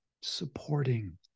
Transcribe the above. supporting